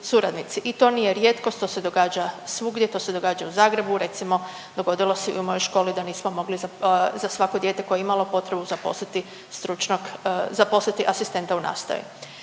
i to nije rijetkost, to se događa svugdje, to se događa u Zagrebu, recimo dogodilo se i u mojoj školi da nismo mogli za svako dijete koje je imalo potrebu zaposliti stručnog,